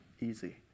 easy